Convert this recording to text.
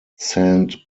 saint